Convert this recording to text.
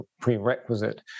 prerequisite